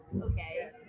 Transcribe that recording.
Okay